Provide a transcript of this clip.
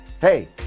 Hey